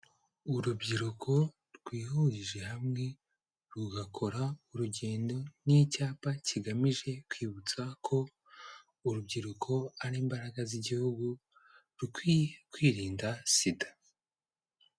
Urubyiruko rwihurije hamwe rugakora urugendo n'icyapa kigamije kwibutsa ko urubyiruko ari imbaraga z'igihugu, rukwiye kwirinda Sida.